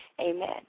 Amen